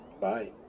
Bye